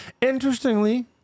Interestingly